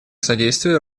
содействие